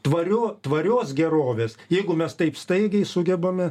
tvario tvarios gerovės jeigu mes taip staigiai sugebame